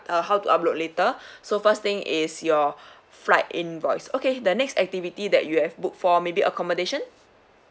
uh how to upload later so first thing is your flight invoice okay the next activity that you have book for maybe accommodation